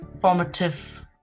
formative